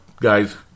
guys